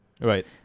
Right